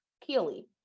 Keely